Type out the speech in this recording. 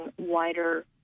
wider